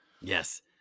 Yes